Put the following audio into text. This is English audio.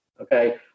okay